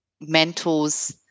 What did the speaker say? mentors